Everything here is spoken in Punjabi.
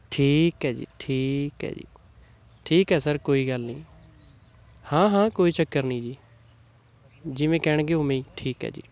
ਠੀਕ ਹੈ ਜੀ ਠੀਕ ਹੈ ਜੀ ਠੀਕ ਹੈ ਸਰ ਕੋਈ ਗੱਲ ਹੈ ਹਾਂ ਹਾਂ ਕੋਈ ਚੱਕਰ ਹੈ ਜੀ ਜਿਵੇਂ ਕਹਿਣਗੇ ਉਵੇਂ ਹੀ ਠੀਕ ਹੈ ਜੀ